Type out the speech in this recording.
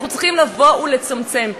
אנחנו צריכים לבוא ולצמצם.